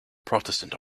protestant